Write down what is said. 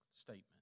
statement